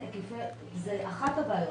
זו אחת הבעיות,